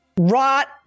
rot